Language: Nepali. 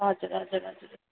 हजुर हजुर हजुर